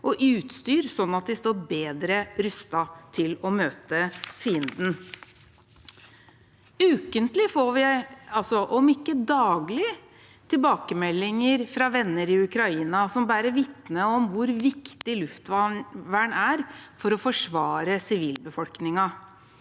og utstyr, slik at de står bedre rustet til å møte fienden. Ukentlig – om ikke daglig – får vi tilbakemeldinger fra venner i Ukraina som bærer vitne om hvor viktig luftvern er for å forsvare sivilbefolkningen.